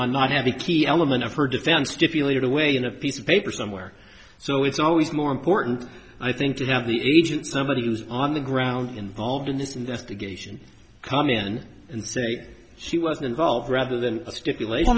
or not have a key element of her defense stipulated away in a piece of paper somewhere so it's always more important i think you have the agent somebody who's on the ground involved in this investigation come in and say she was involved rather than a stipulation